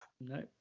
No